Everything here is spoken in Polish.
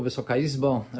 Wysoka Izbo!